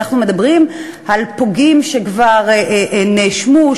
אנחנו מדברים על פוגעים שכבר נאשמו,